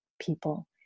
people